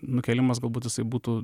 nukėlimas galbūt jisai būtų